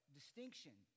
distinction